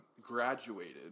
graduated